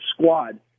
squad